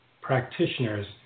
practitioners